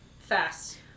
fast